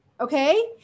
Okay